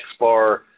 XBAR